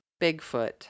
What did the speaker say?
Bigfoot